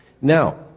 Now